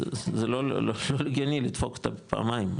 זה לא הגיוני לדפוק אותם פעמיים,